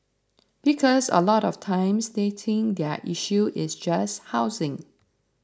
because a lot of times they think their issue is just housing